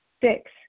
Six